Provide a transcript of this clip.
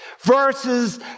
verses